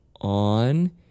on